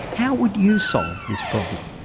how would you solve this problem?